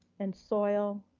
and soil,